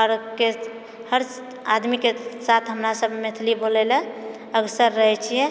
हरके हर आदमीके साथ हमरासब मैथिली बोलए ले अग्रसर रहैछिए